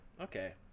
Okay